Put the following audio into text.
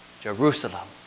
Jerusalem